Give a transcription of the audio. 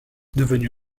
devenu